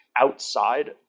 outside